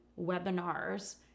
webinars